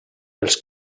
els